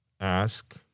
Ask